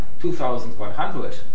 2100